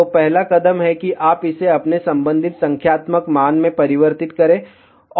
तो पहला कदम है कि आप इसे अपने संबंधित संख्यात्मक मान में परिवर्तित करते हैं